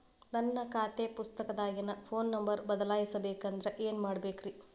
ನನ್ನ ಖಾತೆ ಪುಸ್ತಕದಾಗಿನ ಫೋನ್ ನಂಬರ್ ಬದಲಾಯಿಸ ಬೇಕಂದ್ರ ಏನ್ ಮಾಡ ಬೇಕ್ರಿ?